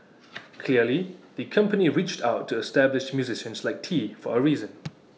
clearly the company reached out to established musicians like tee for A reason